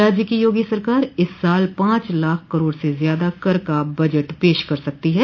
राज्य की योगी सरकार इस साल पांच लाख करोड़ से ज़्यादा कर का बजट पेश कर सकती है